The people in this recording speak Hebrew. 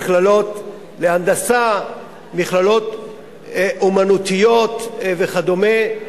מכללות להנדסה, מכללות לאמנות וכדומה.